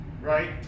right